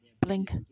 blink